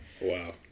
Wow